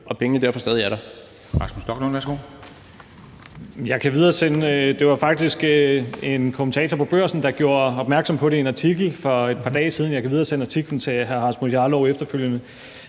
og pengene derfor stadig er der.